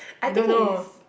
I don't know